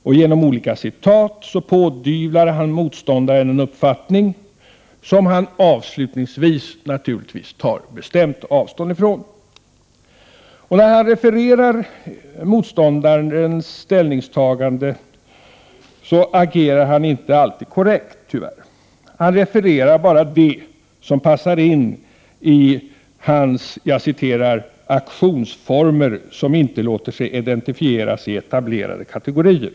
Genom att anföra olika citat pådyvlar han motståndaren en uppfattning som han, naturligtvis, avslutningsvis bestämt tar avstånd från. När han refererar motståndarens ställningstagande agerar han, tyvärr, inte alltid korrekt. Per Gahrton refererar bara det som passar in i hans ”aktionsformer som inte låter sig identifieras i etablerade kategorier”.